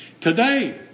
today